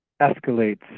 escalates